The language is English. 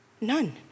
none